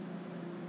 in the fridge ah